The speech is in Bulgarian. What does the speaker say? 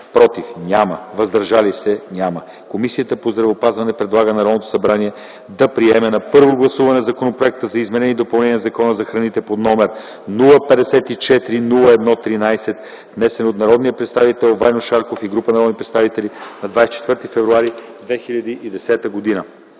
„против” и „въздържали се” няма, Комисията по здравеопазване предлага на Народното събрание да приеме на първо гласуване Законопроекта за изменение и допълнение на Закона за храните под № 054-01-13, внесен от народния представител Ваньо Шарков и група народни представители на 24 февруари 2010 г.”